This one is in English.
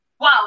wow